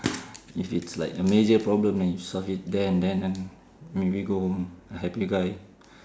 if it's like a major problem then you solve it there and then and maybe go home a happy guy